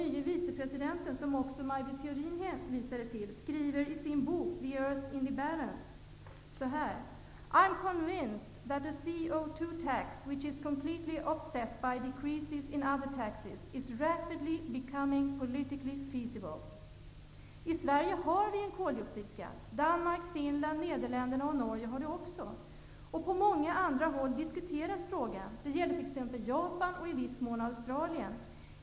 Al Britt Theorin hänvisar till -- skriver i sin bok ''The earth in the balance'': ''I am convinced that a I Sverige har vi en koldioxidskatt. Danmark, Finland, Nederländerna och Norge har också en sådan. Även på många andra håll diskuteras frågan. Det gäller t.ex. Japan och, i viss mån, Australien.